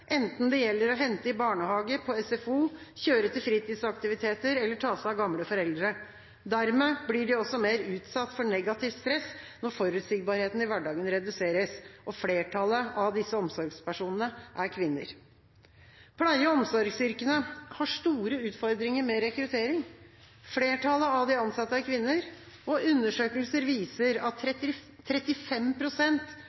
enten det gjelder å hente i barnehage eller på SFO, kjøre til fritidsaktiviteter eller ta seg av gamle foreldre. Dermed blir de også mer utsatt for negativt stress når forutsigbarheten i hverdagen reduseres. Flertallet av disse omsorgspersonene er kvinner. Pleie- og omsorgsyrkene har store utfordringer med rekruttering. Flertallet av de ansatte er kvinner, og undersøkelser viser at